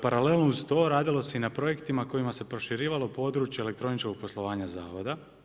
Paralelno uz to radilo se i na projektima kojima se proširivalo područje elektroničkog poslovanja zavoda.